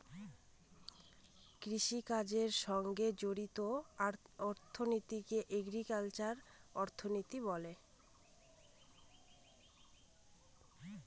কৃষিকাজের সঙ্গে জড়িত অর্থনীতিকে এগ্রিকালচারাল অর্থনীতি বলে